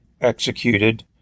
executed